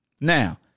Now